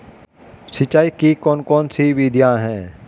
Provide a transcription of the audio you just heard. सिंचाई की कौन कौन सी विधियां हैं?